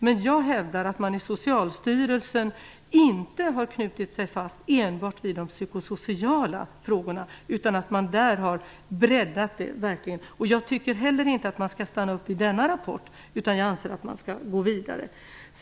Men jag hävdar att Socialstyrelsen inte har knutit sig fast enbart vid de psykosociala frågorna utan verkligen breddat det. Jag tycker inte heller att man skall stanna upp vid denna rapport. Jag anser att man skall gå vidare.